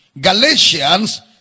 Galatians